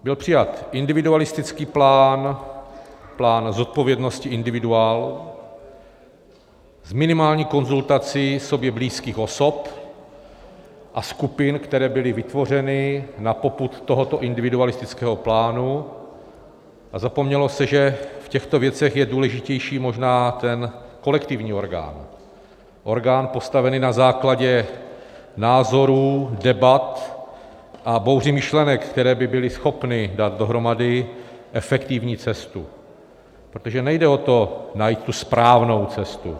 Byl přijat individualistický plán, plán zodpovědnosti individuál, s minimální konzultací sobě blízkých osob a skupin, které byly vytvořeny na popud tohoto individualistického plánu, a zapomnělo se, že v těchto věcech je možná důležitější kolektivní orgán, orgán postavený na základě názorů, debat a bouři myšlenek, které by byly schopny dát dohromady efektivní cestu, protože nejde o to najít tu správnou cestu.